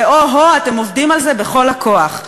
ואו-הו, אתם עובדים על זה בכל הכוח.